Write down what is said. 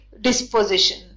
disposition